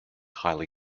highly